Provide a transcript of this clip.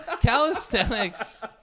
calisthenics